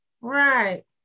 Right